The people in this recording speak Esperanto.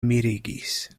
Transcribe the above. mirigis